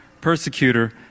persecutor